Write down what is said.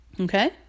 Okay